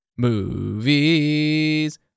Movies